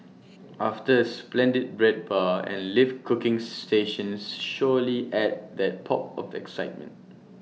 after A splendid bread bar and live cooking stations surely add that pop of excitement